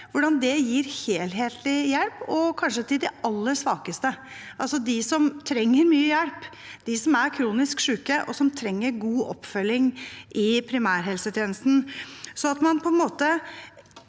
hvordan det gir helhetlig hjelp, kanskje til de aller svakeste – de som trenger mye hjelp, de som er kronisk syke og trenger god oppfølging i primærhelsetjenesten.